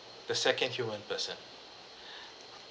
the second human person